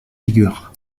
figures